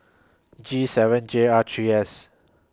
G seven J R three S